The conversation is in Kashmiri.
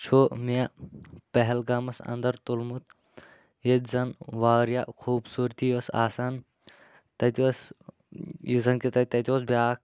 چھُ مےٚ پہلگامَس انٛدَر تُلمُت ییٚتہِ زن واریاہ خوٗبصوٗرتی ٲسۍ آسان تَتہِ ٲس یُس زن کہِ تَتہِ تَتہِ اوس بیٛاکھ